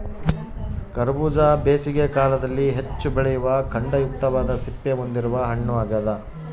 ಕರಬೂಜ ಬೇಸಿಗೆ ಕಾಲದಲ್ಲಿ ಹೆಚ್ಚು ಬೆಳೆಯುವ ಖಂಡಯುಕ್ತವಾದ ಸಿಪ್ಪೆ ಹೊಂದಿರುವ ಹಣ್ಣು ಆಗ್ಯದ